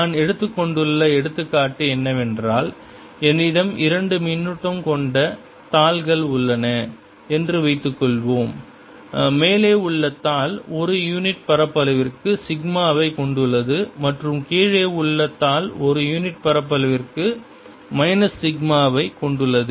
நான் எடுத்துக்கொண்டுள்ள எடுத்துக்காட்டு என்னவென்றால் என்னிடம் இரண்டு மின்னூட்டம் கொண்ட தாள்கள் உள்ளன என்று வைத்துக்கொள்வோம் மேலே உள்ள தாள் ஒரு யூனிட் பரப்பளவிற்கு சிக்மாவை கொண்டுள்ளது மற்றும் கீழே உள்ள தாள் ஒரு யூனிட் பரப்பளவிற்கு மைனஸ் சிக்மாவை கொண்டுள்ளது